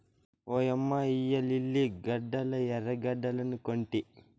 ఓయమ్మ ఇయ్యి లిల్లీ గడ్డలా ఎర్రగడ్డలనుకొంటి